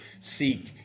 Seek